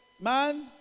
man